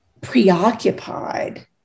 preoccupied